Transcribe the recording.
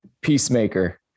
peacemaker